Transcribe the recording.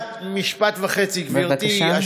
משפט וחצי, גברתי.